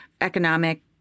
economic